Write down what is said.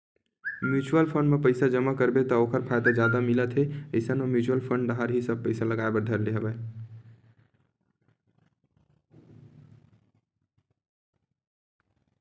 mutual fund म पइसा जमा करबे त ओखर फायदा जादा मिलत हे इसन म म्युचुअल फंड डाहर ही सब पइसा लगाय बर धर ले हवया